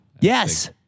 Yes